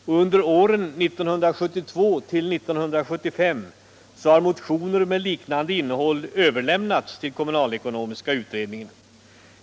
och under åren 1972-1975 har motioner med liknande innehåll överlämnats till kommunalekonomiska utredningen.